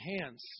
hands